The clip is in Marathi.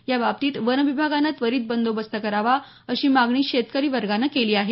याबाबतीत वन विभागानं त्वरीत बंदोबस्त करावा अशी मागणी शेतकरी वर्गाने केली आहे